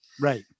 right